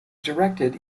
directed